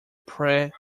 pre